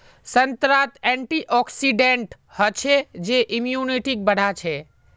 संतरात एंटीऑक्सीडेंट हचछे जे इम्यूनिटीक बढ़ाछे